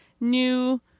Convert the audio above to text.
new